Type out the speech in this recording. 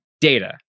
data